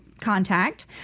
contact